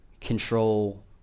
control